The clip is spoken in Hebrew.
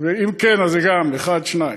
ואם כן, אז זה, גם, אחד או שניים.